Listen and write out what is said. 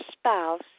spouse